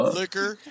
liquor